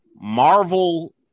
Marvel